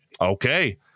okay